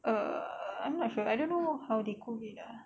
err I'm not sure I don't know how they cook it ah